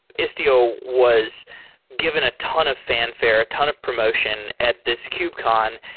istio was given a ton of fanfare, a ton of promotion at this kubecon,